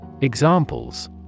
Examples